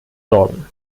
sorgen